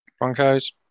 Broncos